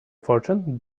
fortune